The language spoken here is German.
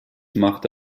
machte